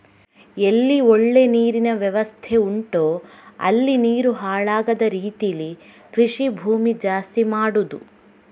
ಎಲ್ಲಿ ಒಳ್ಳೆ ನೀರಿನ ವ್ಯವಸ್ಥೆ ಉಂಟೋ ಅಲ್ಲಿ ನೀರು ಹಾಳಾಗದ ರೀತೀಲಿ ಕೃಷಿ ಭೂಮಿ ಜಾಸ್ತಿ ಮಾಡುದು